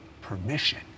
permission